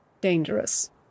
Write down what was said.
dangerous